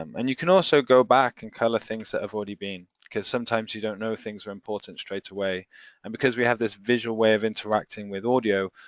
um and you can also go back and colour things that have already been cause sometimes you don't know things are important straightway and because we have this visual way of interacting with audio,